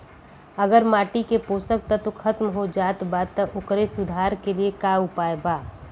अगर माटी के पोषक तत्व खत्म हो जात बा त ओकरे सुधार के लिए का उपाय बा?